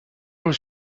was